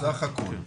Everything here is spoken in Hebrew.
סך הכול.